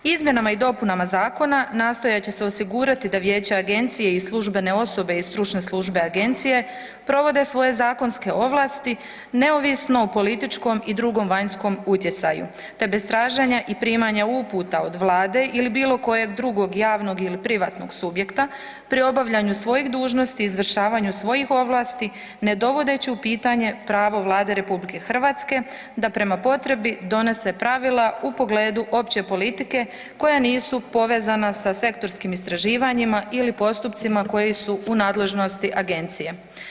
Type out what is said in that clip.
Izmjenama i dopunama Zakona nastojat će se osigurati da Vijeće Agencije i službene osobe iz stručne službe Agencije provode svoje zakonske ovlasti neovisno o političkom i drugom vanjskom utjecaju te bez traženja i primanja uputa od Vlade ili bilo kojeg drugog javnog ili privatnog subjekta pri obavljanju svojih dužnosti, izvršavanju svojih ovlasti ne dovodeći u pitanje pravo Vlade Republike Hrvatske da prema potrebi donese pravila u pogledu opće politike koja nisu povezana sa sektorskim istraživanjima ili postupcima koji su u nadležnosti Agencije.